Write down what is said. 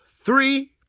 three